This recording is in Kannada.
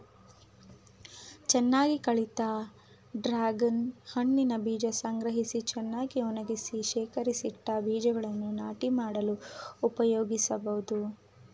ಚೆನ್ನಾಗಿ ಕಳಿತ ಡ್ರಾಗನ್ ಹಣ್ಣಿನ ಬೀಜ ಸಂಗ್ರಹಿಸಿ ಚೆನ್ನಾಗಿ ಒಣಗಿಸಿ ಶೇಖರಿಸಿಟ್ಟ ಬೀಜಗಳನ್ನು ನಾಟಿ ಮಾಡಲು ಉಪಯೋಗಿಸ್ಬೋದು